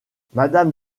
madame